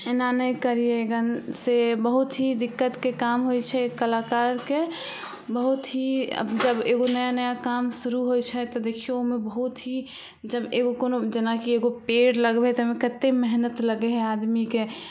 एना नहि करियै गनसँ बहुत ही दिक्कतके काम होइ छै कलाकारके बहुत ही जब एगो नया नया काम शुरू होइ छै तऽ देखियौ तऽ ओइमे बहुत ही जब एगो कोनो जेनाकि एगो पेड़ लगबय ही तऽ ओइमे कते मेहनत लगय हइ आदमीके